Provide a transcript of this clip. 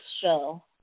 show